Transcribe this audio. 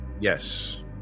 Yes